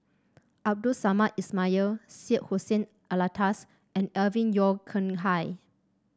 Abdul Samad Ismail Syed Hussein Alatas and Alvin Yeo Khirn Hai